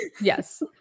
Yes